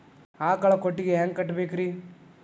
ಆಕಳ ಕೊಟ್ಟಿಗಿ ಹ್ಯಾಂಗ್ ಕಟ್ಟಬೇಕ್ರಿ?